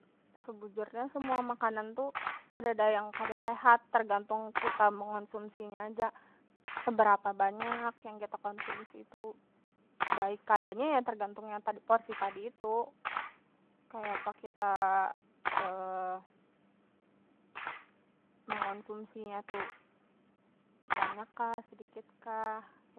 Sebujurnya semua makanan tu kadada yang kada sehat tergantung kita yang mengonsumsi nya ja, seberapa banyak yang kita konsumsi tu baik kada nya ya tergantung ya porsi tadi itu, kaya apa kita mengonsumsi nya tu banyak kah sedikit kah.